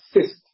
assist